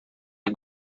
you